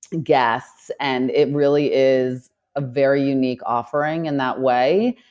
guests and it really is a very unique offering in that way.